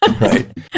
Right